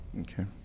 Okay